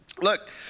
look